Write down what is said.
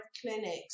clinics